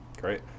Great